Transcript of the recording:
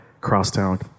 Crosstown